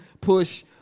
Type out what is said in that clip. push